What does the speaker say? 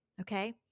Okay